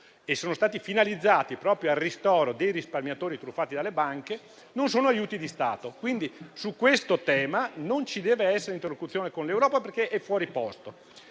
e sono stati finalizzati proprio al ristoro dei risparmiatori truffati dalle banche - non sono aiuti di Stato. Quindi, su questo tema non ci deve essere interlocuzione con l'Europa, perché è fuori posto.